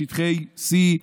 שטחי C,